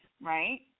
right